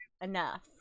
enough